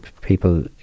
people